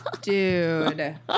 Dude